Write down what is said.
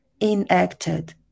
enacted